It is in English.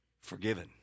forgiven